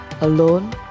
Alone